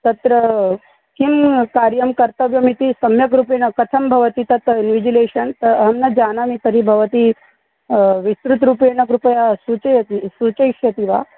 तत्र किं कार्यं कर्तव्यमिति सम्यक्रूपेण कथं भवति तत् इन्विजिलेषन् अहं न जानामि तर्हि भवती विस्तृत् रूपेण कृपया सूचयतु सूचयिष्यति वा